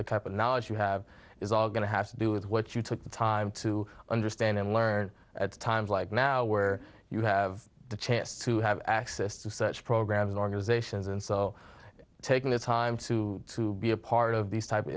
the type of knowledge you have is all going to have to do with what you took the time to understand and learn at times like now where you have the chance to have access to such programs and organizations and so taking the time to be a part of these type